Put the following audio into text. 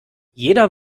jeder